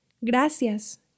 Gracias